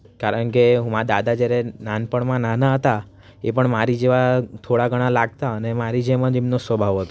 કારણ કે હું મારા દાદા જ્યારે નાનપણમાં નાના હતા એ પણ મારી જેવા થોડા ઘણા લાગતા અને મારી જેમ જ એમનો સ્વભાવ હતો